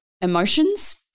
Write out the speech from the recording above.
emotions